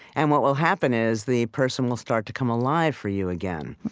and what will happen is, the person will start to come alive for you again,